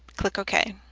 click ok.